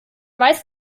weiß